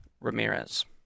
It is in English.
Ramirez